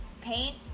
paint